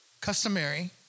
Customary